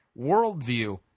worldview